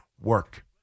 work